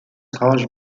taj